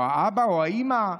או אבא או אימא,